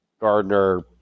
Gardner